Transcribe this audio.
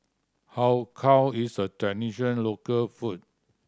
Har Kow is a tradition local food